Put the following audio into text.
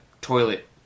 toilet